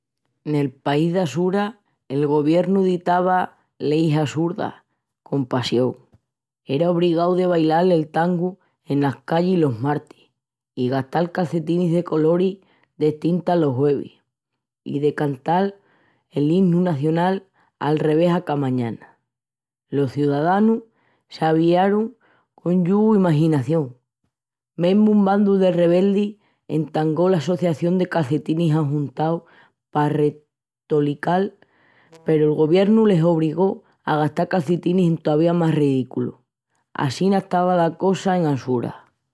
Nel país d'Asura el goviernu ditava leis assurdas con passión. Era obrigau de bailal el tango enas callis los martis. I gastal calcetinis de coloris destintas los juevis. I de cantal l'inu nacional a revés a ca mañana. Los ciadanus s'aviarun con xugu i maginación. Mesmu un bandu de rebeldis entangó l'Assoçación de calcetinis ajuntaus pa retolical peru'l goviernu les obrigó a gastal calcetinis entovía más redículus. Assina estava la cosa en Asura.